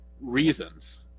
reasons